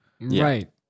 Right